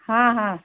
हाँ हाँ